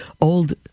old